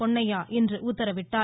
பொன்னையா இன்று உத்தரவிட்டார்